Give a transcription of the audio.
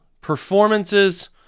Performances